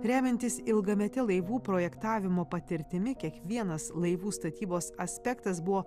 remiantis ilgamete laivų projektavimo patirtimi kiekvienas laivų statybos aspektas buvo